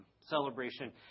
celebration